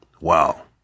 Wow